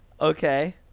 Okay